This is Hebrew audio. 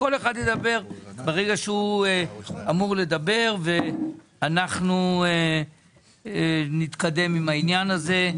שכל אחד ידבר ברגע שהוא אמור לדבר ואנחנו נתקדם עם העניין הזה.